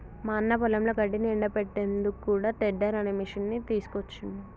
మా అన్న పొలంలో గడ్డిని ఎండపెట్టేందుకు కూడా టెడ్డర్ అనే మిషిని తీసుకొచ్చిండ్రు